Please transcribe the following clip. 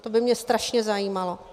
To by mě strašně zajímalo.